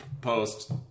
post